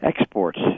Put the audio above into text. exports